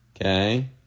Okay